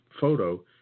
photo